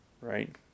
right